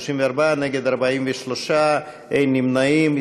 34, נגד, 43, אין נמנעים.